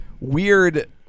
weird